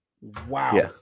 Wow